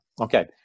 okay